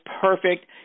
perfect